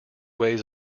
ways